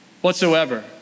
whatsoever